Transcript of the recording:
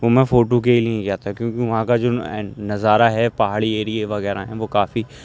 وہ میں فوٹو کے ہی لیے گیا تھا کیوں کہ وہاں کا جو نظارہ ہے پہاڑی ایریے وغیرہ ہیں وہ کافی